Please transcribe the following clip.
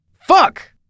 Fuck